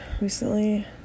recently